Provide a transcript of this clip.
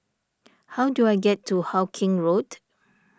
how do I get to Hawkinge Road